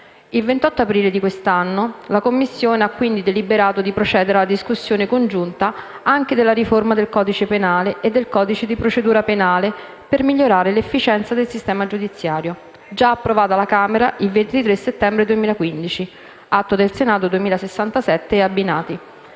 Il 28 aprile di quest'anno la Commissione ha quindi deliberato di procedere alla discussione congiunta anche della riforma del codice penale e del codice di procedura penale per migliorare l'efficienza del sistema giudiziario, già approvata dalla Camera il 23 settembre 2015 (Atto Senato 2067 e abbinati),